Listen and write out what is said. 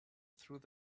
through